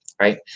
right